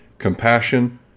compassion